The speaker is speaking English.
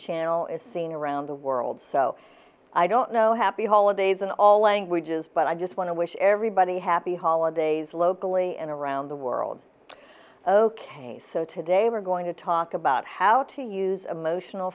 channel is seen around the world so i don't know happy holidays in all languages but i just want to wish everybody happy holidays locally and around the world ok so today we're going to talk about how to use of emotional